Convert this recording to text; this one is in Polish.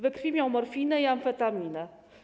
We krwi miał morfinę i amfetaminę.